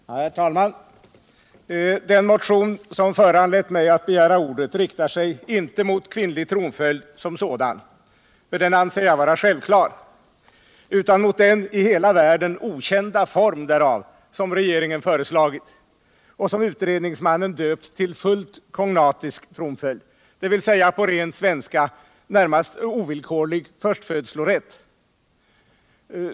Herr talman! Den motion som föranlett mig att begära ordet riktar sig inte mot kvinnlig tronföljd som sådan — den anser jag vara självklar — utan mot den i hela världen okända form därav som regeringen föreslagit och som utredningsmannen döpt till fullt kognatisk tronföljd, dvs. på ren svenska närmast ovillkorlig förstfödslorätt.